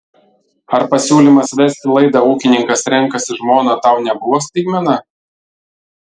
ar pasiūlymas vesti laidą ūkininkas renkasi žmoną tau nebuvo staigmena